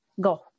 go